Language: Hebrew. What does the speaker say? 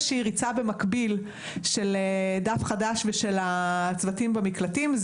ריצה במקביל של "דף חדש" ושל הצוותים במקלטים.